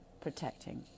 protecting